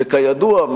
כידוע,